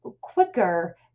quicker